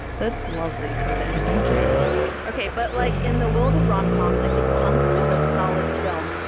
that's lovely, tobin thank you ok, but, like, in the world of rom-coms, i think punks is a solid film.